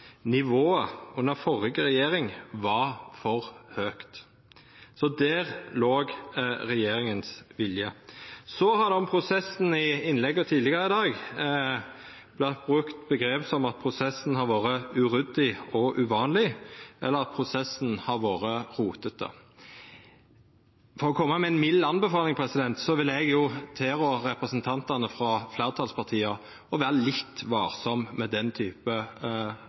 nivået under førre regjering var for høgt. Der låg regjeringas vilje. Så har det om prosessen i innlegga tidlegare i dag vore brukt omgrep som at prosessen har vore uryddig og uvanleg, eller at prosessen har vore rotete. For å koma med ei mild anbefaling vil eg tilrå representantane frå fleirtalspartia å vera litt varsame med den